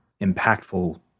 impactful